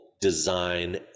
design